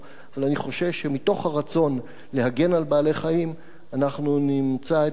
אבל אני חושש שמתוך הרצון להגן על בעלי-חיים אנחנו נמצא את עצמנו